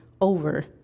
over